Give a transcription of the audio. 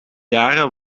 jaren